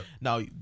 now